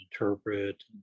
interpret